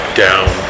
down